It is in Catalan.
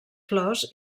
flors